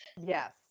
Yes